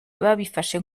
babifashe